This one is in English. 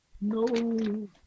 No